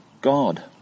God